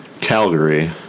Calgary